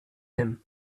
him